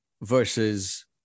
versus